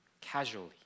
casually